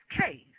case